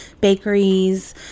bakeries